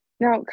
Now